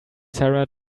sarah